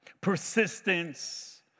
persistence